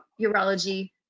urology